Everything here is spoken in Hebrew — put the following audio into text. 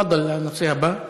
תפדל, הנושא הבא: